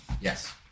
Yes